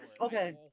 Okay